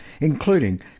including